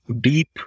deep